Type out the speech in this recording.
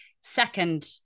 second